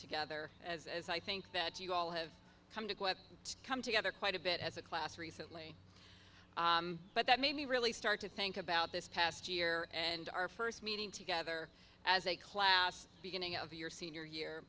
together as as i think that you all have come to come together quite a bit as a class recently but that made me really start to think about this past year and our first meeting together as a class beginning of your senior year